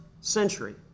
century